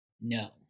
No